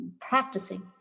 practicing